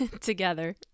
together